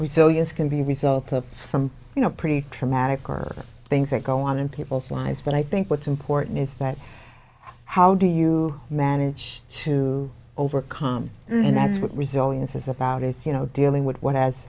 you can be a result of some you know pretty traumatic things that go on in people's lives but i think what's important is that how do you manage to overcome and that's what resilience is about is you know dealing with what has